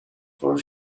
four